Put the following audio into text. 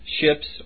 ships